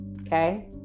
okay